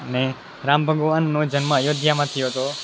અને રામ ભગવાનનો જન્મ અયોધ્યામાં થયો હતો